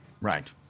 Right